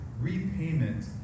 repayment